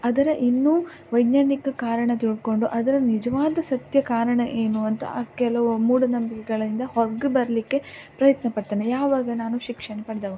ಅದರ ಇನ್ನೂ ವೈಜ್ಞಾನಿಕ ಕಾರಣ ತಿಳ್ಕೊಂಡು ಅದರ ನಿಜವಾದ ಸತ್ಯ ಕಾರಣ ಏನು ಅಂತ ಕೆಲವು ಮೂಢನಂಬಿಕೆಗಳಿಂದ ಹೊರ್ಗೆ ಬರಲಿಕ್ಕೆ ಪ್ರಯತ್ನ ಪಡ್ತೇನೆ ಯಾವಾಗ ನಾನು ಶಿಕ್ಷಣ ಪಡ್ದವಾಗ